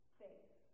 faith